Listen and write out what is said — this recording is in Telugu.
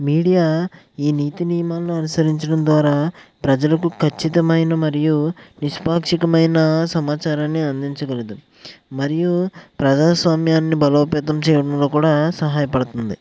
మీడియా ఈ నీతి నియమాలను అనుసరించడం ద్వారా ప్రజలకు ఖచ్చితమైన మరియు నిష్పాక్షికమైన సమాచారాన్ని అందించగలదు మరియు ప్రజాస్వామ్యాన్ని బలోపేతం చేయడంలో కూడా సహాయపడుతుంది